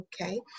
okay